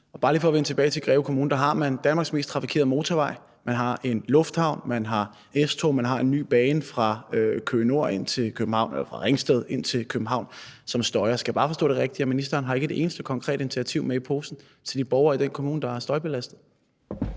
Bare lige for at vende tilbage til Greve Kommune: Der har man Danmarks mest trafikerede motorvej, man har en lufthavn, man har S-tog, og man har en ny bane fra Ringsted ind til København, som støjer. Er det rigtigt forstået, at ministeren ikke har et eneste konkret initiativ med i posen til de borgere i den kommune, der er støjbelastede?